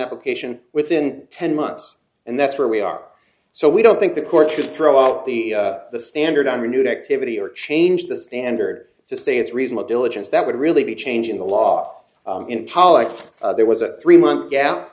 pplication within ten months and that's where we are so we don't think the court should throw out the standard on renewed activity or change the standard to say it's reasonable diligence that would really be changing the law in polic there was a three month gap